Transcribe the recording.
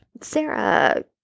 Sarah